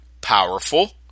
powerful